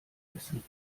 essen